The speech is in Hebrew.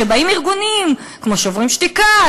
כשבאים ארגונים כמו "שוברים שתיקה",